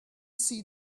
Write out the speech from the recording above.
see